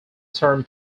term